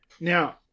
now